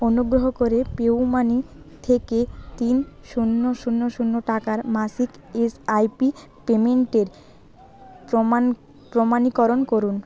অনুগ্রহ করে PayU money থেকে তিন শূন্য শূন্য শূন্য টাকার মাসিক এস আই পি পেমেন্টের প্রমাণ প্রমাণীকরণ করুন